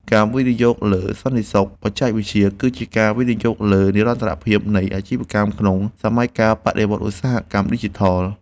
ការវិនិយោគលើសន្តិសុខបច្ចេកវិទ្យា គឺជាការវិនិយោគលើនិរន្តរភាពនៃអាជីវកម្មក្នុងសម័យកាលបដិវត្តឧស្សាហកម្មឌីជីថល។